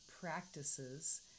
practices